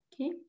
Okay